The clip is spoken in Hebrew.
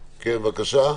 בבקשה.